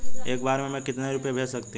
एक बार में मैं कितने रुपये भेज सकती हूँ?